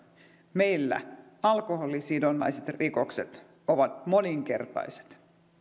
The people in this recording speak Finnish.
meillä alkoholisidonnaiset rikokset ovat moninkertaiset